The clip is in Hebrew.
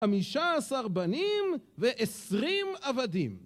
15 בנים ו-20 עבדים